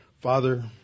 Father